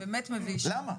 למה?